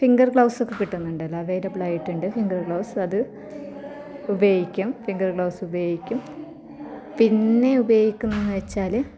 finger gloves ഒക്കെ കിട്ടുന്നുണ്ടല്ലൊ available ആയിട്ടുണ്ട് ഫിംഗർ ഗ്ലൗസ് അത് ഉപയോഗിക്കും ഫിംഗർ ഗ്ലൗസ് ഉപയോഗിക്കും പിന്നെ ഉപയോഗിക്കുന്നത് വെച്ചാൽ